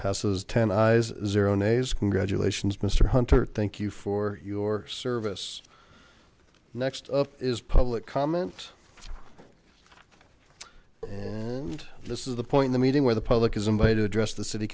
passes ten eyes zero ne's congratulations mr hunter thank you for your service next up is public comment and this is the point the meeting where the public is invited to address the city